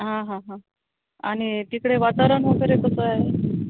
हा हा हा आणि तिकडे वातावरण वगैरे कसं आहे